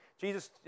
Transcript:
Jesus